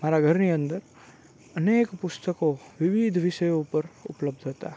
મારા ઘરની અંદર અનેક પુસ્તકો વિવિધ વિષયો ઉપર ઉપલબ્ધ હતાં